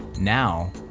now